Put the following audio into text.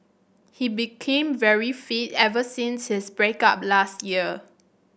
he became very fit ever since his break up last year